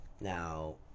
Now